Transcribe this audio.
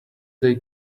they